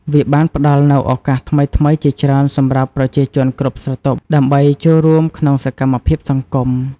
វាបានផ្ដល់នូវឱកាសថ្មីៗជាច្រើនសម្រាប់ប្រជាជនគ្រប់ស្រទាប់ ដើម្បីចូលរួមក្នុងសកម្មភាពសង្គម។